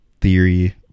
theory